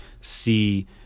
see